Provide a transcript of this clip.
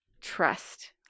trust